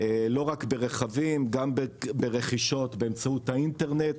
לא רק ברכבים, גם ברכישות באמצעות האינטרנט.